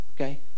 okay